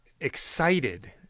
excited